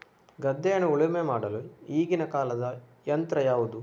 ಗದ್ದೆಯನ್ನು ಉಳುಮೆ ಮಾಡಲು ಈಗಿನ ಕಾಲದ ಯಂತ್ರ ಯಾವುದು?